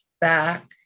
back